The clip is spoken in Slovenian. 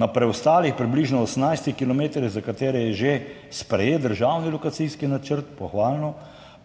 Na preostalih približno 18 kilometrih, za katere je že sprejet državni lokacijski načrt, pohvalno,